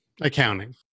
accounting